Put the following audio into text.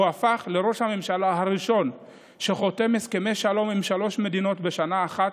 הוא הפך לראש הממשלה הראשון שחותם הסכמי שלום עם שלוש מדינות בשנה באחת,